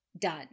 done